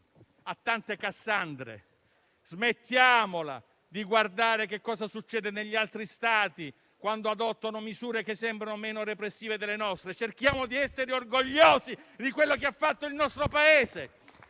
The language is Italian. tante Cassandra: smettiamola di guardare che cosa succede negli altri Stati quando adottano misure che sembrano meno repressive delle nostre, cerchiamo di essere orgogliosi di quello che ha fatto il nostro Paese,